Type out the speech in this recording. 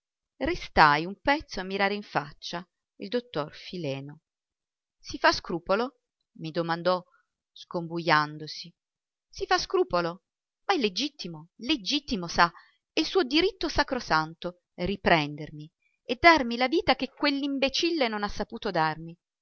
restai un pezzo a mirare in faccia il dottor fileno si fa scrupolo mi domandò scombujandosi si fa scrupolo ma è legittimo legittimo sa è suo diritto sacrosanto riprendermi e darmi la vita che quell'imbecille non ha saputo darmi